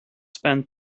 spent